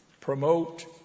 promote